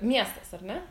miestas ar ne